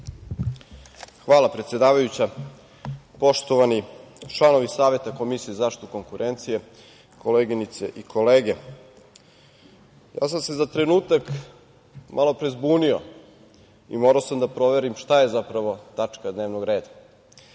Hvala predsedavajuća. Poštovani članovi Saveta Komisije za zaštitu konkurencije, koleginice i kolege, za trenutak sam se malo pre zbunio i morao sam da proverim šta je zapravo tačka dnevnog reda.